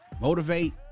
motivate